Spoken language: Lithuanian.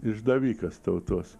išdavikas tautos